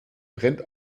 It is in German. brennt